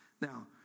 Now